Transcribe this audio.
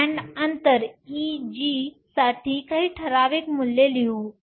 band अंतर Eg साठी काही ठराविक मूल्ये लिहू